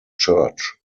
church